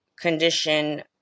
condition